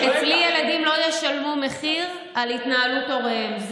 אצלי ילדים לא ישלמו מחיר על התנהלות הוריהם.